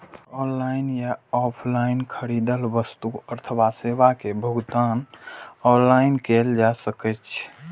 online या offline खरीदल वस्तु अथवा सेवा के भुगतान ऑनलाइन कैल जा सकैछ